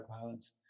violence